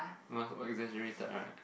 ah oh exagerrated right